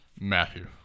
Matthew